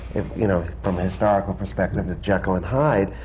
you know, from a historical perspective of jekyll and hyde,